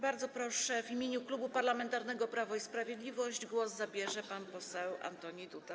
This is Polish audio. Bardzo proszę, w imieniu Klubu Parlamentarnego Prawo i Sprawiedliwość głos zabierze pan poseł Antoni Duda.